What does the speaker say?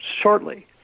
shortly